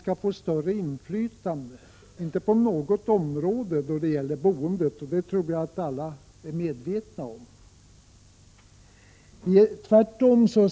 Vi är inte emot ett ökat inflytande på något område då det gäller boendet — det tror jag att alla är medvetna om.